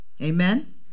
Amen